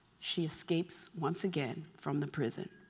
she escapes once again from the prison.